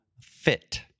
fit